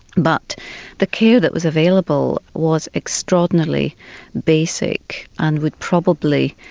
but the care that was available was extraordinarily basic and would probably,